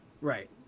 Right